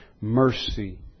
mercy